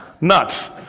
nuts